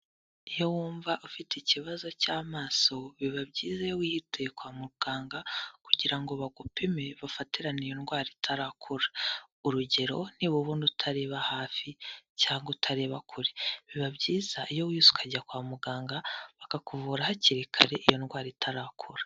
Iyo wumva ufite ikibazo cy'amaso, biba byiza wihutiye kwa muganga, kugira ngo bagupime, bafatirarana iyo ndwara itarakura, urugero ni ba ubona utareba hafi cyangwagu utareba kure, biba byiza iyo wihuse ukajya kwa muganga, bakakuvura hakiri kare, iyo ndwara itarakura.